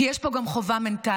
כי יש פה גם חובה מנטלית.